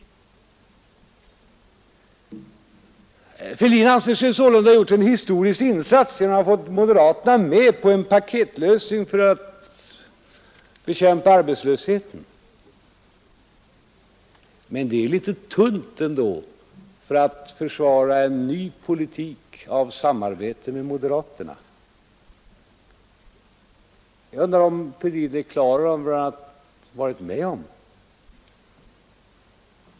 Herr Fälldin anser sig sålunda ha gjort en historisk insats genom att ha fått moderaterna att gå med på en paketlösning för att bekämpa arbetslösheten, men det är litet tunt ändå för att försvara en ny politik av samarbete med moderaterna. Jag undrar om herr Fälldin är på det klara med vad han har varit med om.